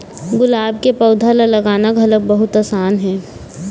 गुलाब के पउधा ल लगाना घलोक बहुत असान हे